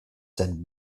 sen